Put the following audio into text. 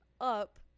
up